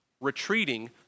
retreating